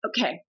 Okay